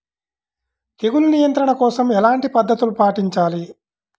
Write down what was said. తెగులు నియంత్రణ కోసం ఎలాంటి పద్ధతులు పాటించాలి?